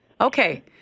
Okay